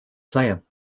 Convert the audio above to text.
playing